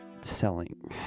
selling